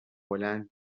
هلند